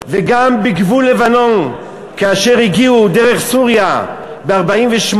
וגם בגבול לבנון, כאשר הגיעו דרך סוריה ב-1948,